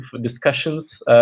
discussions